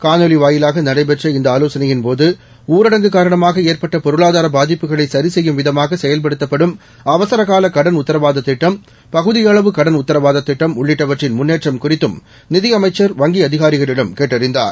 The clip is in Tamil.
காணொளி ஆலோசனையின்போது ஊரடங்கு காரணமாக ஏற்பட்ட பொருளாதார பாதிப்புகளை சரிசெய்யும் விதமாக செயல்படுத்தப்படும் அவசரகால கடன் உத்தரவாத திட்டம் பகுதியளவு கடன் உத்தரவாதத் திட்டம் உள்ளிட்டவற்றின் முன்னேற்றம் குறித்தும் நிதியமைச்சர் வங்கி அதிகாரிகளிடம் கேட்டறிந்தார்